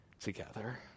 together